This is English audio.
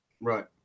Right